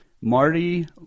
Marty